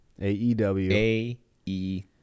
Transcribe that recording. AEW